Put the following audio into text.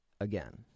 again